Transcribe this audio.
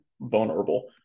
vulnerable